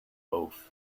both